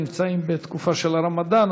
נמצאים בתקופה של הרמדאן,